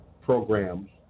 programs